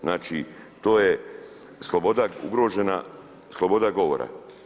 Znači, to je sloboda ugrožena sloboda govora.